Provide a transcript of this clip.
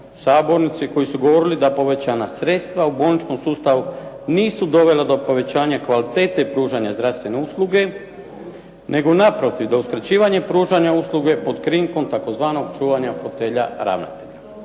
sabornice koji su govorili da povećana sredstva u bolničkom sustavu nisu dovela do povećanja kvalitete pružanja zdravstvene usluge. Nego naprotiv da uskraćivanje pružanja usluge pod krinkom tzv. čuvanja fotelja ravnatelja.